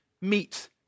meet